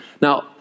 Now